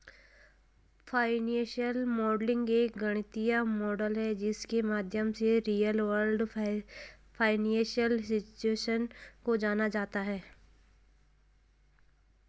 financial modelling एक गणितीय model है जिसके माध्यम से रियल वर्ल्ड फाइनेंशियल सिचुएशन को जाना जाता है